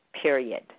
period